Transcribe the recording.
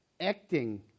acting